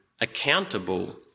accountable